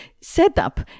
setup